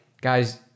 guys